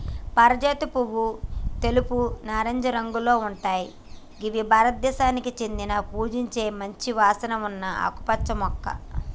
పారిజాత పువ్వు తెలుపు, నారింజ రంగులో ఉంటయ్ గిది భారతదేశానికి చెందిన పూజించే మంచి వాసన ఉన్న ఆకుపచ్చ మొక్క